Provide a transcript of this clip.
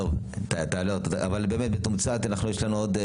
אין דרך אחרת להסביר את הדבר הזה.